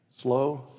Slow